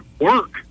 work